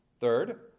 Third